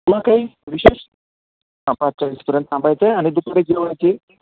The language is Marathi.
किंवा काही विशेष हां पाच चाळीसपर्यंत थांबायचं आहे आणि दुपारी जेवायची